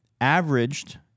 averaged